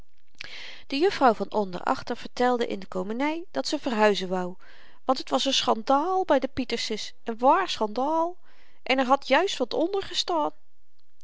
de juffrouw van onder achter vertelde in de komeny dat ze verhuizen wou want t was n schandaal by de pietersens n wààr schandaal en er had juist wat onder gestaan